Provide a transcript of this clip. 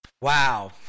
Wow